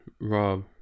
Rob